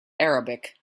arabic